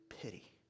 Pity